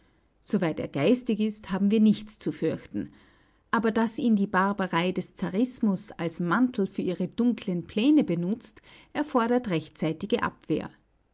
soweit er geistig ist haben wir ihn nicht zu fürchten aber daß ihn die barbarei des zarismus als mantel für ihre dunklen pläne benutzt erfordert rechtzeitige abwehr